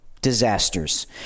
disasters